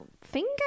finger